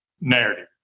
narrative